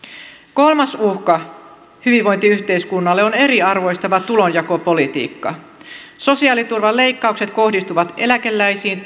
kolmas uhka hyvinvointiyhteiskunnalle on eriarvostava tulonjakopolitiikka sosiaaliturvan leikkaukset kohdistuvat eläkeläisiin